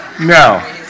No